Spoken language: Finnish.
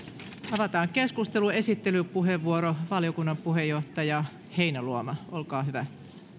avataan keskustelu esittelypuheenvuoro valiokunnan puheenjohtaja heinäluoma olkaa hyvä